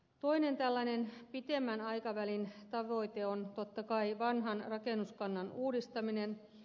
toinen tällainen pitemmän aikavälin tavoite on totta kai vanhan rakennuskannan uudistaminen